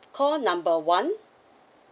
call number one